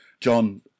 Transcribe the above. John